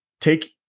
take